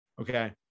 Okay